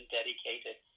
dedicated